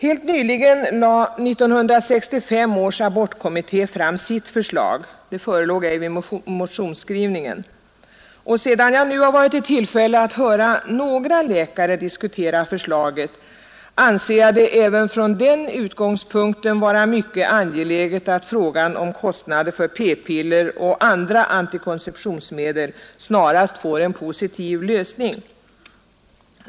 Helt nyligen lade 1965 års abortkommitté fram sitt förslag — det förelåg ej vid motionsskrivningen — och sedan jag nu har varit i tillfälle att höra några läkare diskutera förslaget — anser jag det även från den utgångspunkten vara mycket angeläget att frågan om kostnader för p-piller och andra antikonceptionsmedel snarast får en positiv lösning.